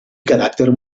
caràcter